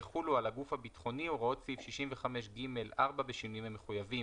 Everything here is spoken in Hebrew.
יחולו על הגוף הביטחוני הוראות סעיף 65ג(4) בשינויים המחויבים.